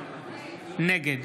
נגד